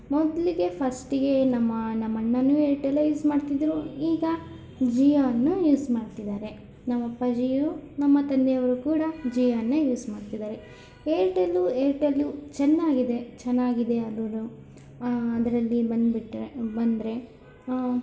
ಮೊದಲಿಗೆ ಫಸ್ಟಿಗೆ ನಮ್ಮ ನಮ್ಮ ಅಣ್ಣನೂ ಏರ್ಟೆಲ್ಲೇ ಯೂಸ್ ಮಾಡ್ತಿದ್ದರು ಈಗ ಜಿಯೋ ಅನ್ನು ಯೂಸ್ ಮಾಡ್ತಿದ್ದಾರೆ ನಮ್ಮ ಅಪ್ಪಾಜಿಯೂ ನಮ್ಮ ತಂದೆಯವರೂ ಕೂಡ ಜಿಯೋನ್ನೇ ಯೂಸ್ ಮಾಡ್ತಿದ್ದಾರೆ ಏರ್ಟೆಲ್ಲು ಏರ್ಟೆಲ್ಲೂ ಚೆನ್ನಾಗಿದೆ ಚೆನ್ನಾಗಿದೆ ಅದೂ ಅದರಲ್ಲಿ ಬಂದುಬಿಟ್ರೆ ಬಂದರೆ